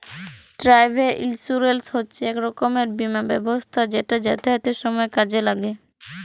travel insurance হছে ইক রকমের বীমা ব্যবস্থা যেট যাতায়াতের সময় কাজে ল্যাগে